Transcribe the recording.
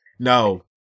No